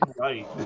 right